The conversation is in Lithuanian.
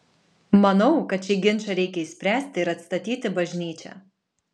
manau kad šį ginčą reikia išspręsti ir atstatyti bažnyčią